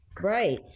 Right